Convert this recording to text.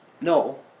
No